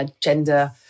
gender